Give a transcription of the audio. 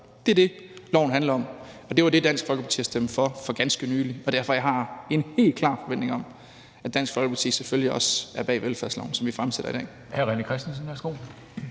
Det er det, loven handler om, og det er det, Dansk Folkeparti har stemt for for ganske nylig, og det er derfor, jeg har en helt klar forventning om, at Dansk Folkeparti selvfølgelig også er bag det velfærdsforslag, som vi behandler i dag.